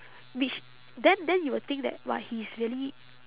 which then then you will think that !wah! he is really